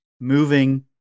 moving